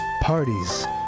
Parties